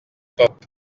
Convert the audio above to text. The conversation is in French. pop